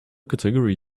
category